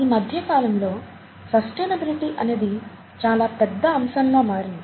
ఈ మధ్య కాలం లో సస్టైనబిలిటీ అనేది చాలా పెద్ద అంశంలా మారింది